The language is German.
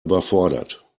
überfordert